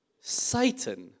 Satan